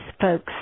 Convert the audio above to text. folks